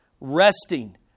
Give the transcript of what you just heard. resting